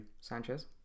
Sanchez